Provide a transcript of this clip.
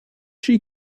she